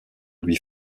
lui